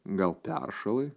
gal peršalai